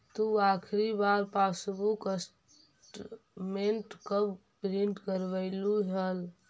तु आखिरी बार पासबुक स्टेटमेंट कब प्रिन्ट करवैलु हल